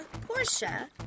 Portia